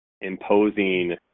imposing